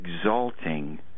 exalting